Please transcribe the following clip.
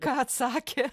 ką atsakė